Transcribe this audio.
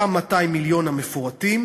אותם 200 מיליון המפורטים,